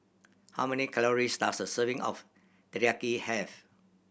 how many calories does a serving of Teriyaki have